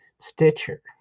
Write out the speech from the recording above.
Stitcher